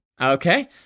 Okay